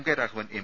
K Raghavan M